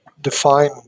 define